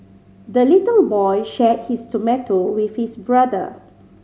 the little boy shared his tomato with his brother